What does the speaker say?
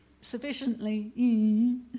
sufficiently